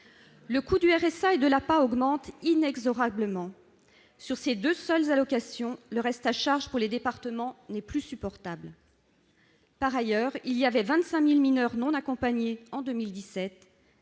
Le coût du RSA et de l'APA augmente inexorablement. Sur ces deux seules allocations, le reste à charge pour les départements n'est plus supportable. Par ailleurs, il y avait 25 000 mineurs non accompagnés en 2017,